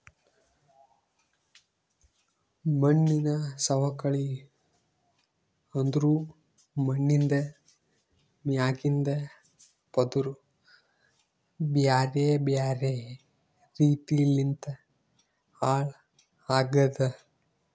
ಮಣ್ಣಿನ ಸವಕಳಿ ಅಂದುರ್ ಮಣ್ಣಿಂದ್ ಮ್ಯಾಗಿಂದ್ ಪದುರ್ ಬ್ಯಾರೆ ಬ್ಯಾರೆ ರೀತಿ ಲಿಂತ್ ಹಾಳ್ ಆಗದ್